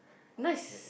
nice